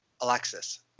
Alexis